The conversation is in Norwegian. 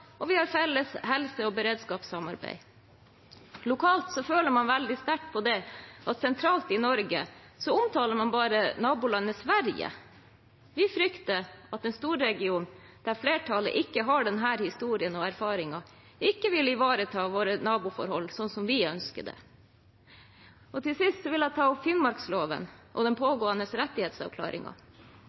har vi både felles skoler og barnehager, og vi har felles helse- og beredskapssamarbeid. Lokalt føler man veldig sterkt på at man sentralt i Norge bare omtaler nabolandet Sverige. Vi frykter at en storregion der flertallet ikke har denne historien og erfaringen, ikke vil ivareta våre naboforhold slik som vi ønsker det. Til sist vil jeg ta opp finnmarksloven og den pågående